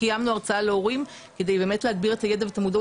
קיימנו הרצאה להורים כדי להגביר את הידע והמודעות